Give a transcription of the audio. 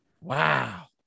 Wow